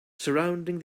surrounding